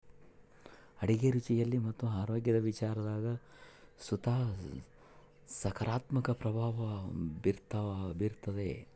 ಅಡುಗೆ ರುಚಿಯಲ್ಲಿ ಮತ್ತು ಆರೋಗ್ಯದ ವಿಚಾರದಾಗು ಸುತ ಸಕಾರಾತ್ಮಕ ಪ್ರಭಾವ ಬೀರ್ತಾದ